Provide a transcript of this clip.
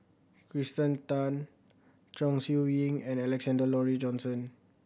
Kirsten Tan Chong Siew Ying and Alexander Laurie Johnston